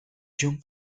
young